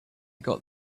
got